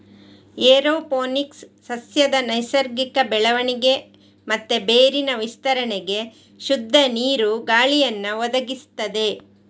aeroponics ಸಸ್ಯದ ನೈಸರ್ಗಿಕ ಬೆಳವಣಿಗೆ ಮತ್ತೆ ಬೇರಿನ ವಿಸ್ತರಣೆಗೆ ಶುದ್ಧ ನೀರು, ಗಾಳಿಯನ್ನ ಒದಗಿಸ್ತದೆ